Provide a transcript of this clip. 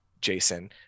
Jason